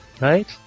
Right